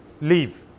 leave